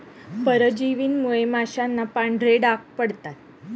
परजीवींमुळे माशांना पांढरे डाग पडतात